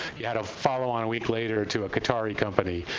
you had a follow-on a week later to a qatari company.